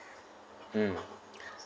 mm